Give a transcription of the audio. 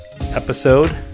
episode